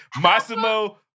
Massimo